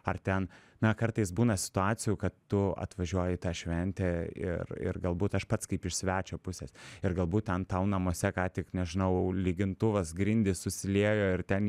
ar ten na kartais būna situacijų kad tu atvažiuoji į tą šventę ir ir galbūt aš pats kaip iš svečio pusės ir galbūt ten tau namuose ką tik nežinau lygintuvas grindys susiliejo ir ten